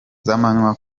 z’amanywa